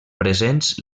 presents